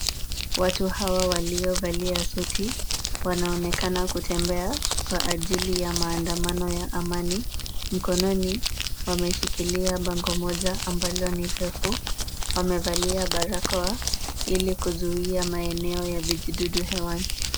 Watu hawa waliovalia suti wanaonekana kutembea kwa ajili ya maandamano ya amani. Mkononi wameshikilia bango moja ambalo ni refu. Wamevalia barakoa ili kuzuia maeneo ya vijidudu hewani.